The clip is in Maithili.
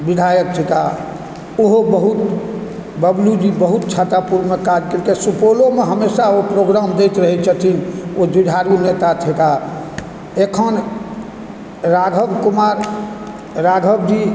विधायक छीका ओहो बहुत बबलूजी बहुत छातापुरमे काज केलखिन सुपौलोमे हमेशा ओ प्रोग्राम दैत रहय छथिन ओ जुझारू नेता थिका अखन राघव कुमार जी